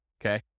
Okay